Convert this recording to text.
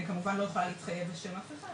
אני כמובן לא יכולה להתחייב על שם אף אחד,